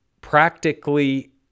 practically